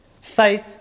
Faith